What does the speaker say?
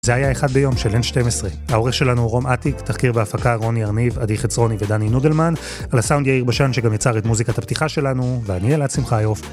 זה היה אחד ביום של N12. העורך שלנו הוא רום אטיק, תחקיר בהפקה רוני ארניב, עדי חצרוני ודני נודלמן, על הסאונד יאיר בשן שגם ייצר את מוזיקת הפתיחה שלנו, ואני אלעד שמחיוף.